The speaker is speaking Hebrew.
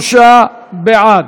33 בעד,